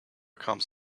comes